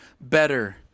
better